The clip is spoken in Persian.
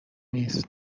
نیست